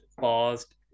paused